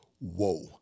whoa